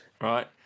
Right